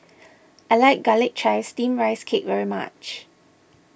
I like Garlic Chives Steamed Rice Cake very much